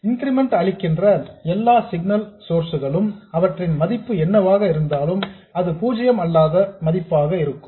increment அளிக்கின்ற எல்லா signal sources களும் அவற்றின் மதிப்பு என்னவாக இருந்தாலும் அது பூஜ்யம் அல்லாத மதிப்பாக இருக்கும்